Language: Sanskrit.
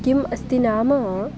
किम् अस्ति नाम